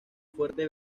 fuerte